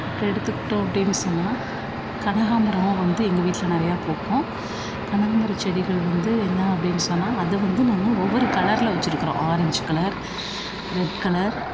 இப்போ எடுத்துக்கிட்டோம் அப்படின்னு சொன்னால் கனகாமரம் வந்து எங்கள் வீட்டில் நிறையா பூக்கும் கனகாமரம் செடிகள் வந்து என்ன அப்படின்னு சொன்னால் அதை வந்து நாங்கள் ஒவ்வொரு கலரில் வச்சிருக்கிறோம் ஆரஞ்ச் கலர் ரெட் கலர்